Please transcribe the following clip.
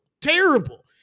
terrible